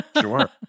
Sure